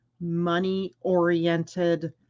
money-oriented